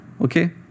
Okay